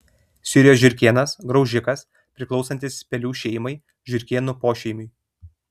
sirijos žiurkėnas graužikas priklausantis pelių šeimai žiurkėnų pošeimiui